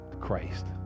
Christ